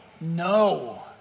No